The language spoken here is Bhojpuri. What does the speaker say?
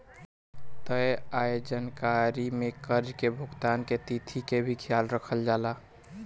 तय आय जानकारी में कर्जा के भुगतान के तिथि के भी ख्याल रखल जाला